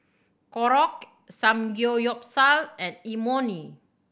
Korokke Samgeyopsal and Imoni